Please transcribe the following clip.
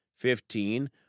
Fifteen